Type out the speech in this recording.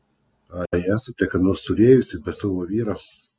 ai esate ką nors turėjusi be savo vyro